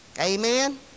Amen